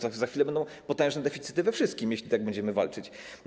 Za chwilę będą potężne deficyty we wszystkim, jeśli tak będziemy walczyć.